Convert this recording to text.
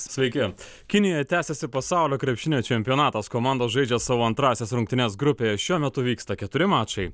sveiki kinijoje tęsiasi pasaulio krepšinio čempionatas komandos žaidžia savo antrąsias rungtynes grupėje šiuo metu vyksta keturi mačai